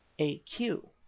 a q.